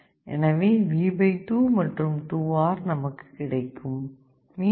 எனவே V 2 மற்றும் 2R நமக்கு கிடைக்கும்